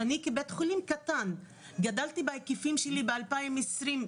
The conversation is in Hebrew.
כשאני כבית חולים קטן גדלתי בהיקפים שלי ב-2020.